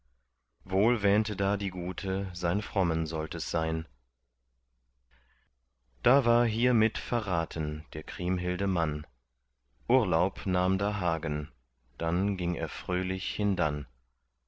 wohl wähnte da die gute sein frommen sollt es sein da war hiermit verraten der kriemhilde mann urlaub nahm da hagen dann ging er fröhlich hindann